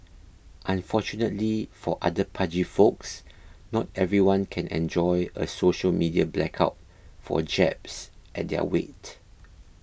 unfortunately for other pudgy folks not everyone can enjoy a social media blackout for jabs at their weight